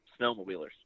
snowmobilers